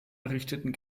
errichteten